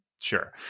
Sure